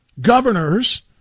Governors